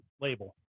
label